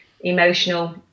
emotional